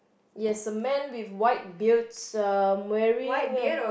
yes the man with white beards um wearing